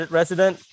resident